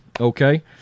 okay